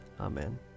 Amen